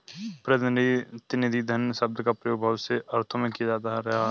प्रतिनिधि धन शब्द का प्रयोग बहुत से अर्थों में किया जाता रहा है